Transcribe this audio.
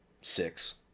six